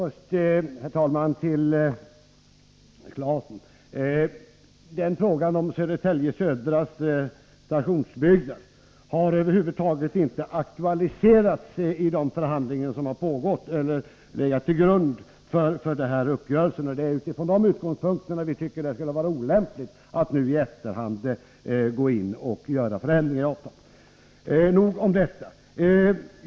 Herr talman! Jag vill först till Tore Claeson säga att frågan om Södertälje Södras stationsbyggnad över huvud taget inte har aktualiserats i de förhandlingar som har pågått eller legat till grund för denna uppgörelse. Det är från dessa utgångspunkter vi anser att det skulle vara olämpligt att nu i efterhand gå in och göra förändringar i avtalet. Nog om detta.